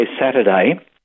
Saturday